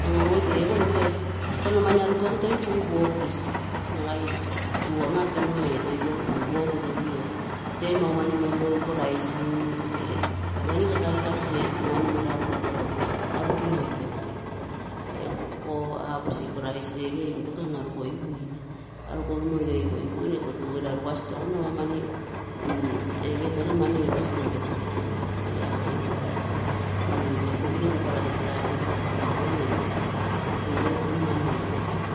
Iko noke touno mani arukogigu toi tun pogu lesii, mai tuu ama ekenua etoi peguu taa pogu lagui. Tee maumani meruegu iko rice tee maumani kakre kasi regui, arukiro oipegui. Egu ko arose rice intoko anekiro oipegui. Nne iko rice tuu gere arugasi touno ama isomugui, mani regere touno mani oipasi tontokokui, rege apogigui iko rice kuru minkopogino ropa rice nakego maumani oipegu, iko tuge touno mani oipegui